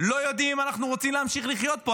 לא יודעים אם אנחנו רוצים להמשיך לחיות פה.